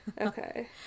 Okay